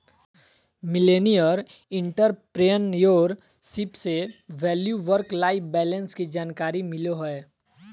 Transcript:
millennial entrepreneurship से value work life balance के जानकारी मिलो हय